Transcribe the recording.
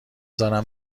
دارم